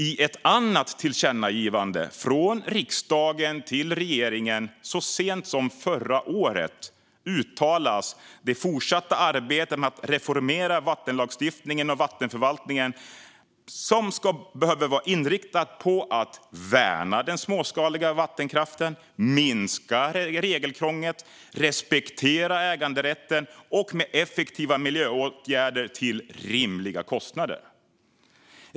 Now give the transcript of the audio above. I ett annat tillkännagivande från riksdagen till regeringen så sent som förra året framhålls det fortsatta arbetet med att reformera vattenlagstiftningen och vattenförvaltningen. Det behöver vara inriktat på att värna den småskaliga vattenkraften, minska regelkrånglet och respektera äganderätten samt på effektiva miljöåtgärder till rimliga kostnader.